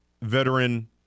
veteran